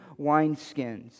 wineskins